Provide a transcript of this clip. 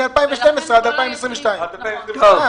מ-2012 ועד 2022. בסדר.